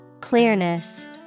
Clearness